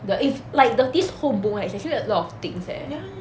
the like this whole book is actually a lot of things eh